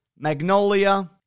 Magnolia